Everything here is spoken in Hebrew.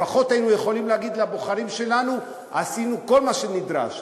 לפחות היינו יכולים להגיד לבוחרים שלנו: עשינו כל מה שנדרש,